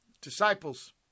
Disciples